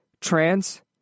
trans